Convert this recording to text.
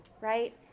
right